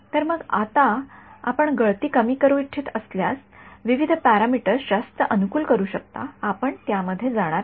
तर मग आपण गळती कमी करू इच्छित असल्यास आपण विविध पॅरामीटर्स जास्त अनुकूल करू शकता आपण त्यामध्ये जाणार नाही